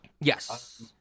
yes